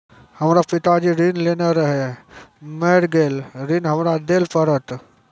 हमर पिताजी ऋण लेने रहे मेर गेल ऋण हमरा देल पड़त?